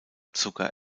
zucker